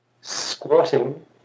squatting